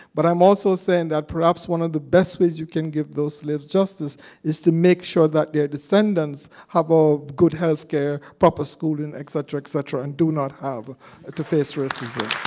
but i'm also saying that perhaps one of the best ways you can give those slaves justice is to make sure that descendants have ah good health care, proper schooling, et cetera, et cetera, and do not have to face racism.